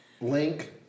Link